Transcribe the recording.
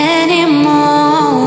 anymore